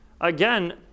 Again